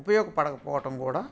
ఉపయోగపడకపోవటం కూడా